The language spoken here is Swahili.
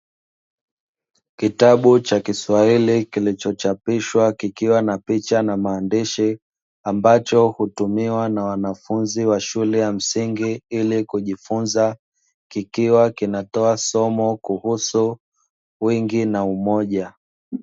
Kitabu cha kiswahili kilichochapishwa kikiwa na picha na maandishi ambacho hutumiwa na wanafunzi wa shule ya msingi ili kujifunza kikiwa kinatoa somo kuhusu wingi na umoja.